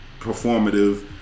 performative